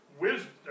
Wisdom